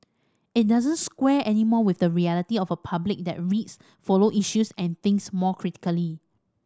it doesn't square anymore with the reality of a public that reads follow issues and thinks more critically